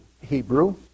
Hebrew